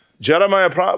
Jeremiah